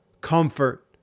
comfort